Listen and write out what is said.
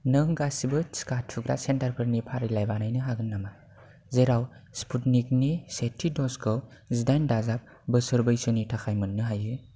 नों गासिबो टिका थुग्रा सेन्टारफोरनि फारिलाइ बानायनो हागोन नामा जेराव स्पुटनिकनि सेथि ड'जखौ जिदाइन दाजाब बोसोर बैसोनि थाखाय मोननो हायो